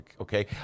okay